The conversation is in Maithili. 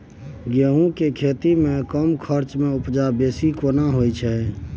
गेहूं के खेती में कम खर्च में उपजा बेसी केना होय है?